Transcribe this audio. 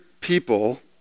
people